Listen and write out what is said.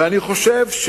ואני חושב,